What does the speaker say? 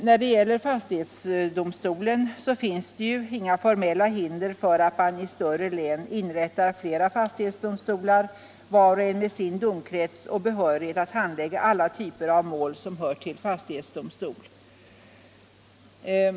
När det gäller fastighetsdomstolen finns det inga formella hinder för att man i större län inrättar flera fastighetsdomstolar, var och en med sin domkrets och med behörighet att handlägga alla typer av mål som hör till fastighetsdomstol.